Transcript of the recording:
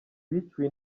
biciwe